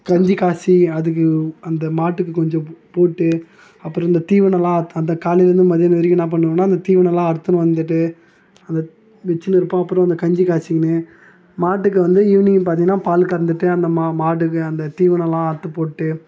கஞ்சி காய்சி அதுக்கு அந்த மாட்டுக்கு கொஞ்சம் போட்டு அப்புறம் அந்த தீவனம்லாம் அந்த காலைலயிருந்து மதியானம் வரைக்கும் என்ன பண்ணணுனா அந்த தீவனம்லாம் அறுத்துனு வந்துட்டு அந்த வச்சினு இருப்போம் அப்புறம் இந்த கஞ்சி காய்சினு மாட்டுக்கு வந்து ஈவினிங் பார்த்தீங்கனா பால் கறந்துட்டு அந்த மா மா மாட்டுக்கு அந்த தீவனம்லாம் அறுத்து போட்டு